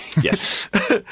yes